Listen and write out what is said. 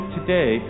today